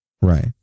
Right